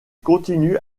continue